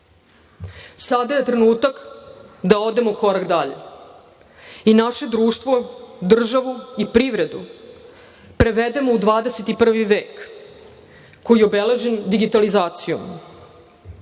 EU.Sada je trenutak da odemo korak dalje i naše društvo, državu i privredu prevedemo u 21. vek koji je obeležen digitalizacijom.